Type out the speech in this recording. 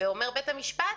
אומר בית המשפט: